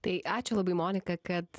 tai ačiū labai monika kad